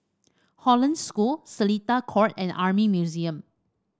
Hollandse School Seletar Court and Army Museum